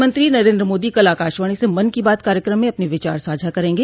प्रधानमंत्री नरेन्द्र मोदी कल आकाशवाणी से मन की बात कार्यक्रम में विचार साझा करेंगे